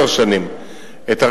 שכאשר אדם מקבל פעם בעשר שנים את הרשיון,